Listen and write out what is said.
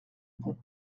pont